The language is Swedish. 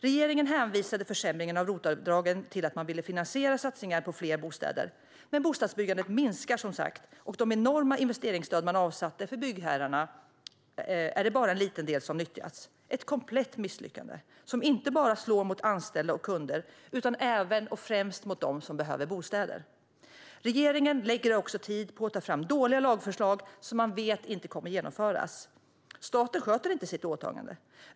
Regeringen hänvisade försämringen av ROT-avdragen till att man ville finansiera satsningar för fler bostäder, men bostadsbyggandet minskar som sagt. Av de enorma investeringsstöd man avsatte för byggherrarna är det bara en liten del som nyttjas. Det är ett komplett misslyckande, som inte bara slår mot anställda och kunder utan även - och främst - mot dem som behöver bostäder. Regeringen lägger också tid på att ta fram dåliga lagförslag som man vet inte kommer att genomföras. Staten sköter inte sitt åtagande.